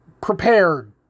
prepared